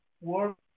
work